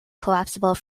collapsible